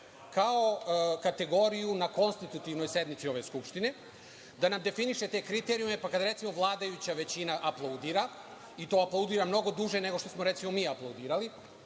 kao kategoriju na Konstitutivnoj sednici ove Skupštine? Da nam definiše ove kriterijume, pa kada recimo vladajuća većina aplaudira i to aplaudira mnogo duže nego što smo, recimo, mi aplaudirali,